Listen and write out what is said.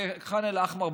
וח'אן אל-אחמר,